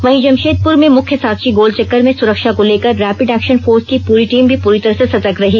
वहीं जमशेदपुर में मुख्य साकची गोल चक्कर में सुरक्षा को लेकर रेपिड एक्षन फोर्स की टीम भी पूरी तरह से सतर्क रही